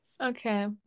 Okay